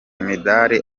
imidari